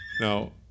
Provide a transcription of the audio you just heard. Now